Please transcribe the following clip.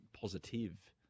positive